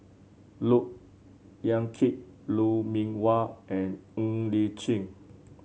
Look Yan Kit Lou Mee Wah and Ng Li Chin